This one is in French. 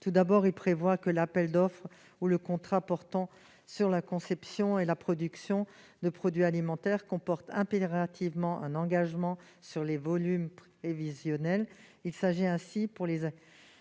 Tout d'abord, il vise à ce que l'appel d'offres ou le contrat portant sur la conception et la production de produits alimentaires comporte impérativement un engagement sur des volumes prévisionnels.